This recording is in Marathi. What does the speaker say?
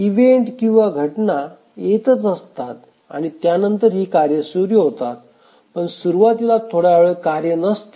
इवेंट किंवा घटना येतच असतात आणि त्यानंतर ही कार्य सुरू होतात पण सुरुवातीला थोडावेळ कार्य नसतात